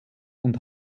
und